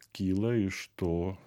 kyla iš to